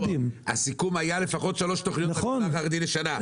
הסיכום היה לפחות שלוש תכניות למגזר החרדי לשנה.